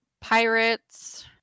pirates